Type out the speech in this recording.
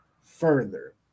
further